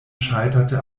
scheiterte